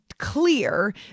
clear